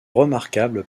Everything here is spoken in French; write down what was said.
remarquables